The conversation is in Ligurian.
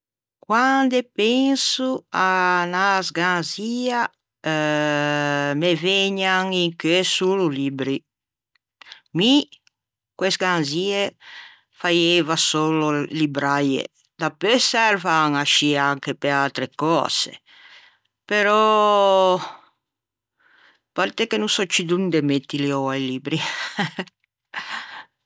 Quande penso à unna sganzia me vëgnan in cheu solo libbri. Mi co-e sganzie faieieva solo libbraie. Dapeu servan ascì anche pe atre cöse però à parte che oua no sò ciù donde mettili i libbri